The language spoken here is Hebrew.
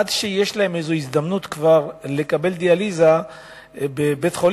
עד שיש להם "הזדמנות" לקבל דיאליזה בבית-חולים,